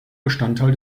bestandteil